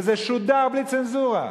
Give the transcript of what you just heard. וזה שודר בלי צנזורה.